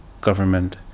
government